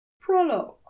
Prologue